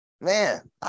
Man